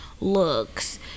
looks